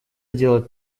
делать